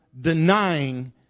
denying